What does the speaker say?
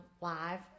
live